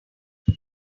what